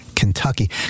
Kentucky